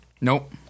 Nope